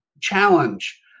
challenge